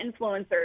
influencers